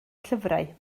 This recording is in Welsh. llyfrau